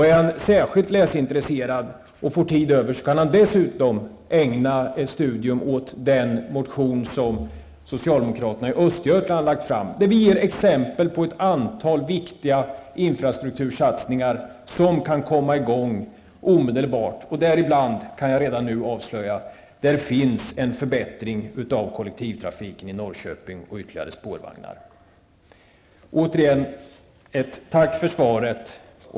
Är han mycket läsintresserad och har tid, kan han dessutom studera den motion som socialdemokraterna i Östergötland har lagt fram. Där ger vi exempel på ett antal viktiga infrastruktursatsningar, som kan komma i gång omedelbart. Redan nu kan jag avslöja att det i motionen finns med förslag om en förbättring av kollektivtrafiken i Norrköping, t.ex. fler spårvagnar. Återigen: Tack för svaret!